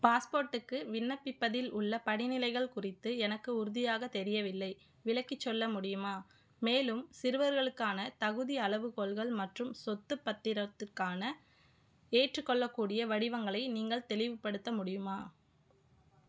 பாஸ்போர்ட்டுக்கு விண்ணப்பிப்பதில் உள்ள படிநிலைகள் குறித்து எனக்கு உறுதியாக தெரியவில்லை விளக்கிச் சொல்ல முடியுமா மேலும் சிறுவர்களுக்கான தகுதி அளவுகோல்கள் மற்றும் சொத்து பத்திரத்துக்கான ஏற்றுக்கொள்ளக்கூடிய வடிவங்களை நீங்கள் தெளிவுப்படுத்த முடியுமா